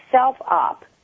up